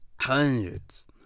hundreds